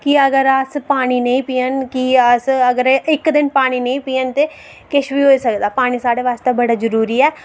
कि अगर अस पानी नेईं पीचै ते अस अगर इक दिन पानी नेई पिऐ तें किश बी होई सकदा पानी साढे़ आस्तै बड़ा जरुरी ऐ